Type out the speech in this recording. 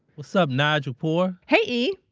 what's sup, nigel poor hey e!